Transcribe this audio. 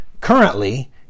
currently